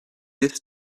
this